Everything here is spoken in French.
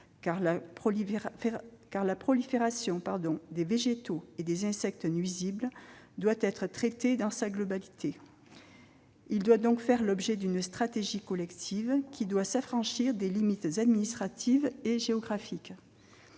la prolifération des végétaux et des insectes nuisibles doit être traitée dans sa globalité, dans le cadre d'une stratégie collective s'affranchissant des limites administratives et géographiques.